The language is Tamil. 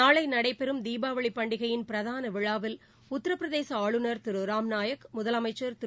நாளை நடைபெறும் தீபாவளிப் பண்டிகையின் பிரதான விழாவில் உத்தரப்பிரதேச ஆளுநர் திரு ராம்நாயக் முதலமைச்சள் திரு